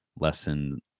Lesson